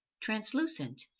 translucent